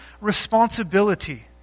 responsibility